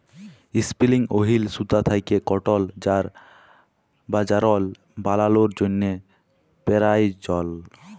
ইসপিলিং wheel সুতা থ্যাকে কটল বা যারল বালালোর জ্যনহে পেরায়জল